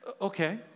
Okay